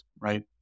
right